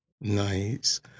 Nice